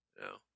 No